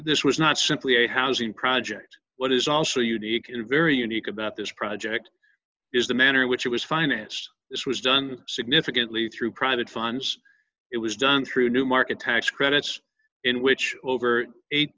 this was not simply a housing project what is also unique and very unique about this project is the manner in which it was financed this was done significantly through private funds it was done through new market tax credits in which over eight